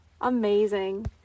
amazing